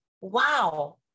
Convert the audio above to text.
Wow